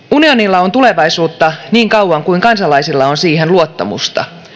unionilla on tulevaisuutta niin kauan kuin kansalaisilla on siihen luottamusta